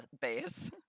base